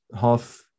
half